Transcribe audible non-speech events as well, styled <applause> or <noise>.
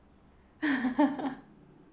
<laughs>